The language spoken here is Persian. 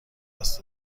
دست